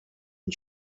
and